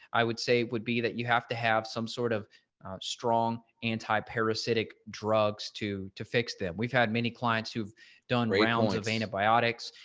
i would say would be that you have to have some sort of strong, anti parasitic drugs to to fix them. we've had many clients who've done right now with antibiotics.